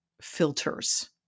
filters